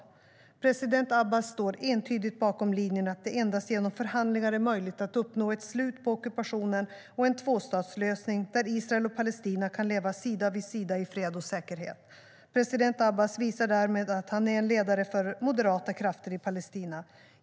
President Abbas står entydigt bakom linjen att det endast genom förhandlingar är möjligt att uppnå ett slut på ockupationen och en tvåstatslösning där Israel och Palestina kan leva sida vid sida i fred och säkerhet. President Abbas visar därmed att han är en ledare för moderata krafter i Palestina.